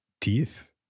teeth